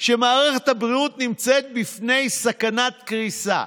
שמערכת הבריאות נמצאת בפני סכנת קריסה.